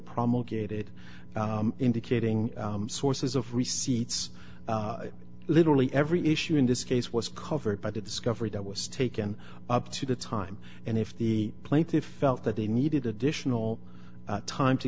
promulgated indicating sources of receipts literally every issue in this case was covered by the discovery that was taken up to the time and if the plaintiffs felt that they needed additional time to